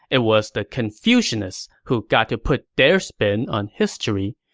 it was the confucianists who got to put their spin on history.